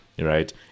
right